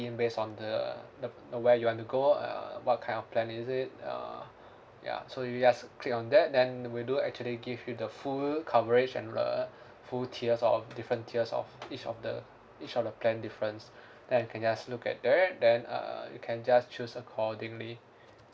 in based on the the where you want to go uh what kind of plan is it uh ya so you just click on that then we do actually give you the full coverage and uh full tiers of different tiers of each of the each of the plan difference then can just look at that then uh you can just choose accordingly